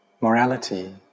morality